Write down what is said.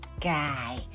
Guy